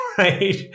Right